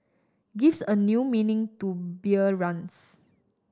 gives a new meaning to beer runs